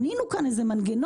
נותנים לי כאן איזה מנגנון,